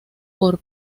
por